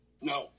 No